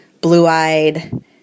blue-eyed